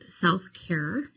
self-care